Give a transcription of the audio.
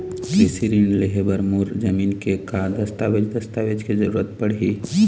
कृषि ऋण लेहे बर मोर जमीन के का दस्तावेज दस्तावेज के जरूरत पड़ही?